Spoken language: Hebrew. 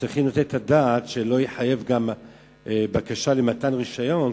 צריכים לתת את הדעת שזה לא יחייב גם בקשה למתן רשיון,